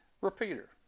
repeater